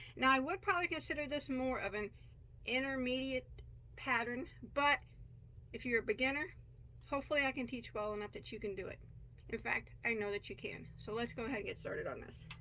now, i would probably consider this more of an intermediate pattern but if you're a beginner hopefully i can teach well enough that you can do it in fact, i know that you can. so let's go ahead get started on this